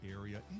area